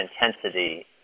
intensity